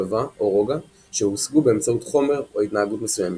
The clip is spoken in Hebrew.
שלווה או רוגע שהושגו באמצעות חומר או התנהגות מסוימים.